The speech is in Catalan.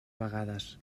vegades